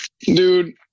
Dude